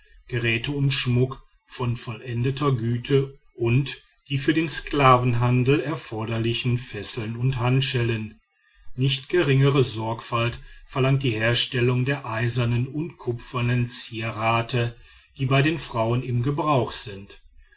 geräte und schmuck von vollendeter güte und die für den sklavenhandel erforderlichen fesseln und handschellen nicht geringere sorgfalt verlangt die herstellung der eisernen und kupfernen zierate die bei den frauen im gebrauch sind